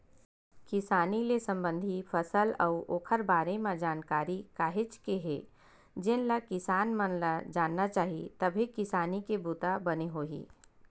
किसानी ले संबंधित फसल अउ ओखर बारे म जानकारी काहेच के हे जेनला किसान मन ल जानना चाही तभे किसानी के बूता बने होही